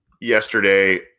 yesterday